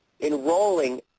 enrolling